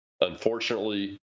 unfortunately